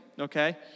okay